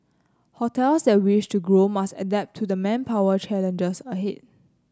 hotels that wish to grow must adapt to the manpower challenges ahead